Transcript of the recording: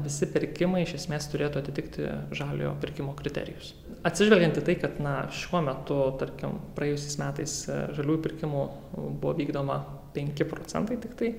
visi pirkimai iš esmės turėtų atitikti žaliojo pirkimo kriterijus atsižvelgiant į tai kad na šiuo metu tarkim praėjusiais metais žaliųjų pirkimų buvo vykdoma penki procentai tiktai